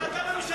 אבל אתה הממשלה,